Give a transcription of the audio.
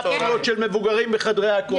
מה הבעיה לעשות קפסולות של מבוגרים בחדרי הכושר?